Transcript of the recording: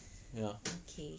okay